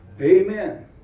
amen